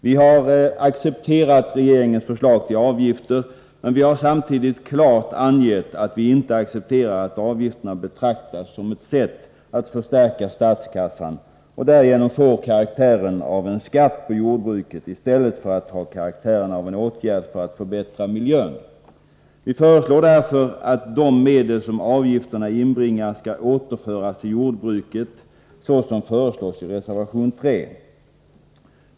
Vi har accepterat regeringens förslag till avgifter, men vi har samtidigt klart angett att vi inte accepterar att avgifterna betraktas som ett sätt att förstärka statskassan och därigenom får karaktären av en skatt på jordbruket i stället för en avgift för att förbättra miljön. Vi föreslår därför att de medel som avgifterna inbringar skall återföras till jordbruket såsom föreslås i reservation 3.